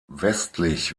westlich